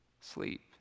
Sleep